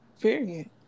Period